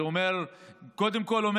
קודם כול,